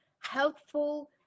helpful